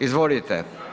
Izvolite.